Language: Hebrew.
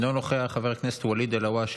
אינו נוכח, חבר הכנסת ואליד אלהואשלה,